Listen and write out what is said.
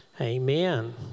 Amen